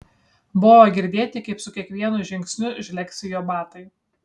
buvo girdėti kaip su kiekvienu žingsniu žlegsi jo batai